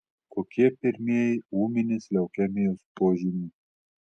kokie pirmieji ūminės leukemijos požymiai